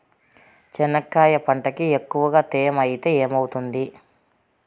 చెనక్కాయ పంటకి ఎక్కువగా తేమ ఐతే ఏమవుతుంది?